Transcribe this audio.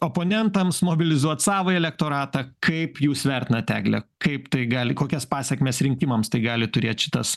oponentams mobilizuot savąjį elektoratą kaip jūs vertinat egle kaip tai gali kokias pasekmes rinkimams tai gali turėt šitas